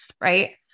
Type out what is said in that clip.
right